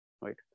right